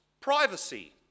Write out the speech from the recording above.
privacy